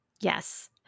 Yes